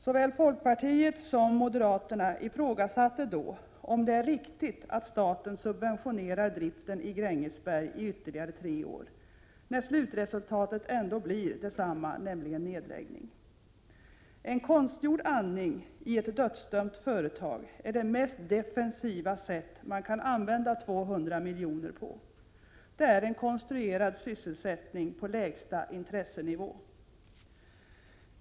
Såväl folkpartiet som moderata samlingspartiet ifrågasatte då om det är riktigt att staten subventionerar driften i Grängesberg i ytterligare tre år, när slutresultatet ändå blir detsamma, nämligen nedläggning. En konstgjord andning i ett dödsdömt företag är det mest defensiva sätt man kan använda 200 miljoner på. Det är en konstruerad sysselsättning på lägsta intressenivå.